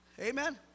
Amen